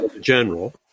general